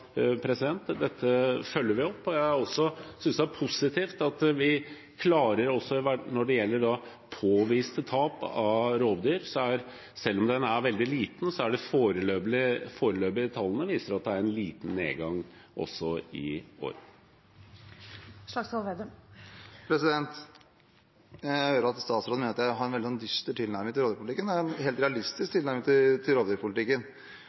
dette følger vi opp. Jeg synes det er positivt at når det gjelder påviste tap på grunn av rovdyr, viser de foreløpige tallene at det er en liten nedgang også i år, selv om den er veldig liten. Jeg hører statsråden mener at jeg har en dyster tilnærming til rovdyrpolitikken, men jeg har en helt realistisk tilnærming til den: 150 av 164 ordførere kommer med et opprop der de ber om at rovdyrpolitikken